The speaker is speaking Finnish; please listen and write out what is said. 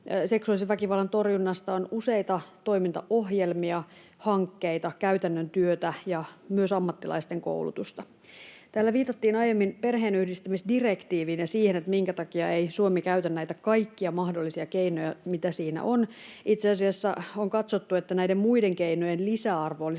seksuaalisen väkivallan torjunnasta on useita toimintaohjelmia, hankkeita, käytännön työtä ja myös ammattilaisten koulutusta. Täällä viitattiin aiemmin perheenyhdistämisdirektiiviin ja siihen, minkä takia ei Suomi käytä näitä kaikkia mahdollisia keinoja, mitä siinä on. Itse asiassa on katsottu, että näiden muiden keinojen lisäarvo